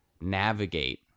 navigate